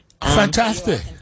Fantastic